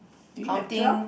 do you have twelve